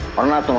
or not?